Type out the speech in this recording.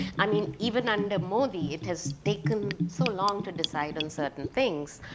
i mean, even under modi, it has taken so long to decide on certain things.